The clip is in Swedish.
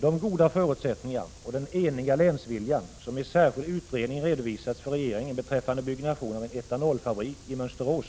Vi hoppas att de goda förutsättningar och den eniga länsvilja som i särskild utredning redovisats för regeringen beträffande byggandet av en etanolfabrik i Mönsterås